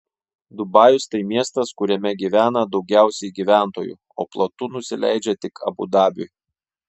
dubajus tai miestas kuriame gyvena daugiausiai gyventojų o plotu nusileidžia tik abu dabiui